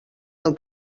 del